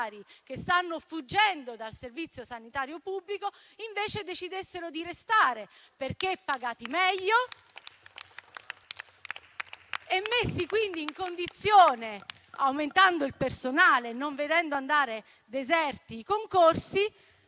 che stanno fuggendo dal Servizio sanitario pubblico, invece decidessero di restare, perché pagati meglio e messi in condizione, aumentando il personale e non vedendo andare deserti i concorsi,